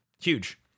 Huge